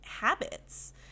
habits